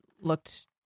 looked